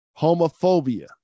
homophobia